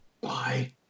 Bye